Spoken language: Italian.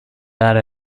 aree